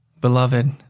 Beloved